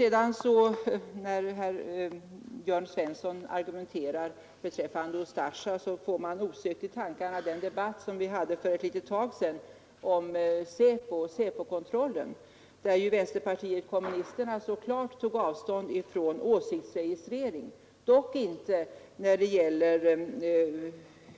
När herr Jörn Svensson argumenterar beträffande Ustasja får man osökt i tankarna en debatt vi hade för ett tag sedan om SÄPO och SÄPO-kontrollen, där vänsterpartiet kommunisterna klart tog avstånd från åsiktsregistrering, dock inte när det gällde